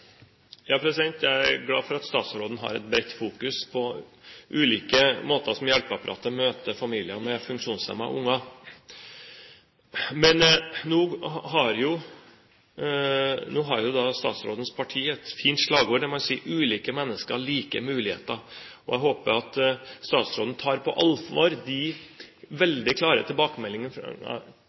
Jeg er glad for statsråden har et bredt fokus på ulike måter som hjelpeapparatet møter familier med funksjonshemmede unger på. Nå har jo statsrådens parti et fint slagord – «Ulike mennesker. Like muligheter» – og jeg håper at statsråden tar på alvor de veldig klare tilbakemeldingene fra